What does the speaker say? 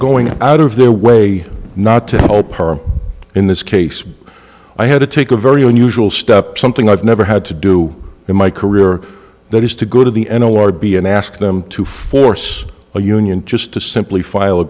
going out of their way not to help in this case i had to take a very unusual step something i've never had to do in my career that is to go to the n l r b and ask them to force a union just to simply file a